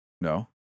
No